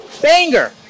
banger